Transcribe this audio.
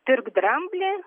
pirk dramblį